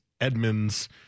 Edmonds